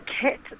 kit